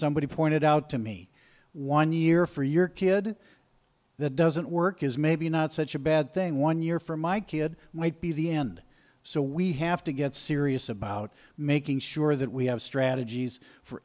somebody pointed out to me one year for your kid that doesn't work is maybe not such a bad thing one year from my kid might be the end so we have to get serious about making sure that we have strategies for